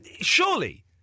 surely